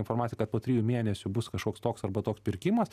informacija kad po trijų mėnesių bus kažkoks toks arba toks pirkimas